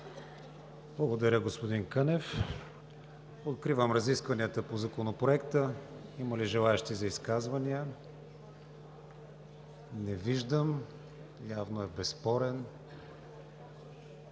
Благодаря, господин Кънев. Откривам разискванията по Законопроекта. Има ли желаещи за изказвания? Не виждам – явно е безспорен. При